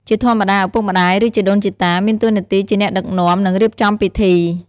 ជាធម្មតា ឪពុកម្ដាយ ឬជីដូនជីតា មានតួនាទីជាអ្នកដឹកនាំ និងរៀបចំពិធី។